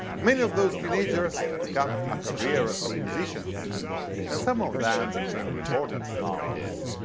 many of those teenagers took up a career of musicians and some of them became recording stars.